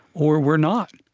or we're not.